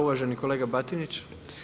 Uvaženi kolega Batinić.